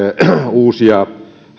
uusia